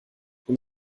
und